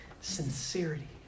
Sincerity